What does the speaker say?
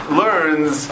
learns